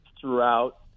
throughout